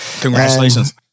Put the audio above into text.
Congratulations